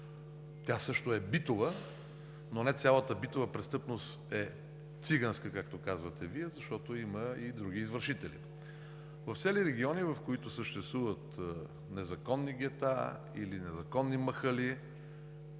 тя също е битова, но не цялата битова престъпност е циганска, както казвате Вие, защото има и други извършители. В цели региони, в които съществуват незаконни гета или незаконни махали,